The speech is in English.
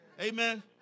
Amen